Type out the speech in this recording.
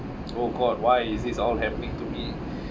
oh god why is this all happening to me